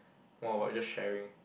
more about just sharing